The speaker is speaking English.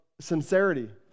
sincerity